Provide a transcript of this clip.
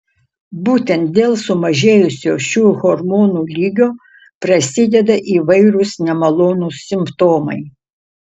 būtent dėl sumažėjusio šių hormonų lygio prasideda įvairūs nemalonūs simptomai